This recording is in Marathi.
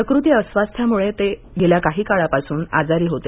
प्रकृती अस्वास्थ्यामुळे ते गेल्या काही काळापासून आजारी होते